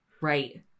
Right